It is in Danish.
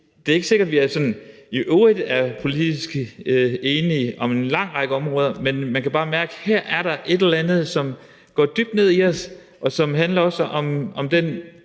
det er ikke sikkert, at vi sådan i øvrigt er politisk enige om en lang række områder, men man kan bare mærke, at her er der et eller andet, som går dybt ned i os, og som også handler om den